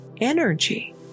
Energy